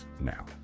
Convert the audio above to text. now